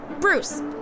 Bruce